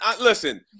listen